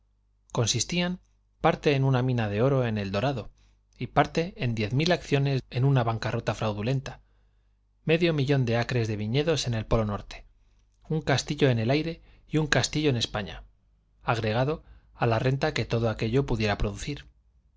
consistían parte en una mina de oro en eldorado y parte en diez mil acciones en una bancarrota fraudulenta medio millón de acres de viñedos en el polo norte un castillo en el aire y un castillo en españa agregado a la renta que todo aquello pudiera producir